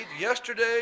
yesterday